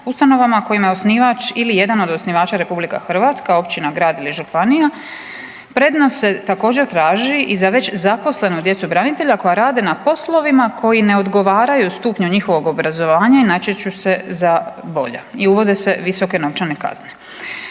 ustanovama kojima je osnivač ili jedan od osnivača Republika Hrvatska, općina, grad ili županija. Prednost se također traži i za već zaposlenu djecu branitelja koji rade na poslovima koji ne odgovaraju stupnju njihovog obrazovanja i natječu se za bolja i uvode se visoke novčane kazne.